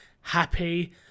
happy